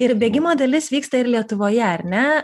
ir bėgimo dalis vyksta ir lietuvoje ar ne